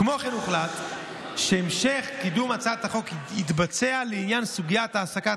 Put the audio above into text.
כמו כן הוחלט שהמשך קידום הצעת החוק לעניין סוגיית העסקת